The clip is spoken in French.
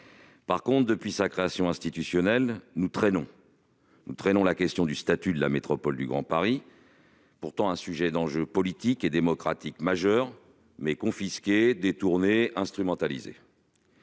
revanche, depuis sa création institutionnelle, nous traînons la question du statut de la métropole du Grand Paris : c'est un sujet et un enjeu politique et démocratique majeur, mais il est confisqué, détourné et instrumentalisé.